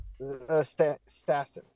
Stassen